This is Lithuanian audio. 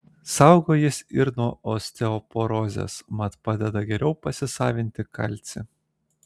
saugo jis ir nuo osteoporozės mat padeda geriau pasisavinti kalcį